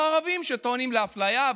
או ערבים שטוענים לאפליה,